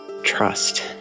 trust